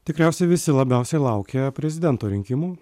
tikriausiai visi labiausiai laukia prezidento rinkimų